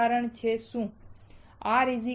ઉદાહરણ શું છે